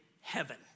heaven